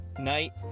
night